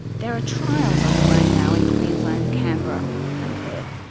there are trials underway now in queensland, canberra and perth,